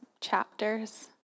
chapters